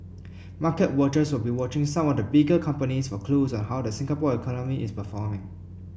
market watchers will be watching some of the bigger companies for clues on how the Singapore economy is performing